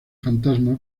fantasma